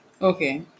Okay